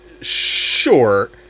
Sure